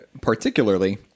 particularly